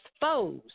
foes